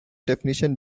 definition